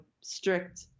strict